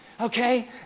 okay